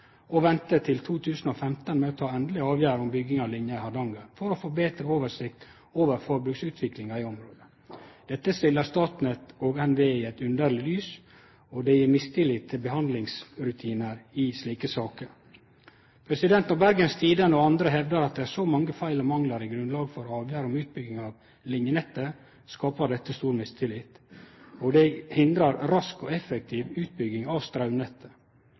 vente til 2015 med å ta endeleg avgjerd om bygging av linja i Hardanger for å få betre oversikt over forbruksutviklinga i området. Dette stiller Statnett og NVE i eit underleg lys, og det gjev mistillit til behandlingsrutinar i slike saker. Når Bergens Tidende og andre hevdar at det er så mange feil og manglar i grunnlaget for avgjerd om utbygging av linjenettet, skapar det stor mistillit, og det hindrar ei rask og effektiv utbygging av straumnettet.